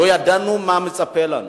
לא ידענו מה מצפה לנו,